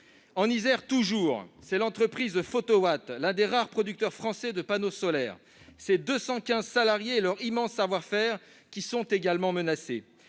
En Isère toujours, c'est l'entreprise Photowatt, l'un des rares producteurs français de panneaux solaires, ses 215 salariés et leur immense savoir-faire, qui sont également menacés.